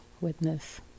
witness